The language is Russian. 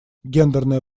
гендерная